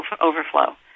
overflow